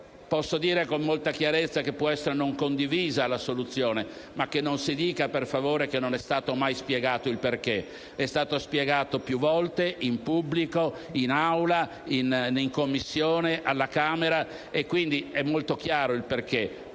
posso dire con molta chiarezza che tale soluzione può non essere condivisa, ma non si dica, per favore, che non ne è stato mai spiegato il perché. È stato spiegato più volte, in pubblico, in Aula, in Commissione, alla Camera. Quindi, è molto chiaro il perché.